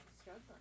struggling